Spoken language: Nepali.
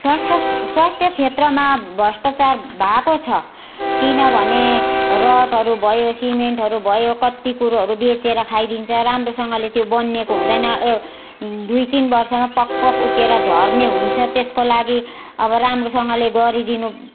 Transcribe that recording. स्वास्थ्य स्वास्थ्य क्षेत्रमा भ्रष्टचार भएको छ किनभने रडहरू भयो सिमेन्टहरू भयो कति कुरोहरू बेचेर खाइदिन्छ राम्रोसँगले त्यो बनिएको हुँदैन यो दुई तिन वर्षमा पक् पक् उक्किएर झर्ने हुन्छ त्यसको लागि अब राम्रोसँगले गरिदिनु